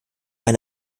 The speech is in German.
noch